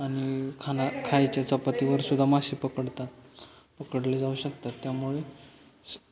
आणि खाना खायच्या चपातीवर सुद्धा मासे पकडतात पकडले जाऊ शकतात त्यामुळे स्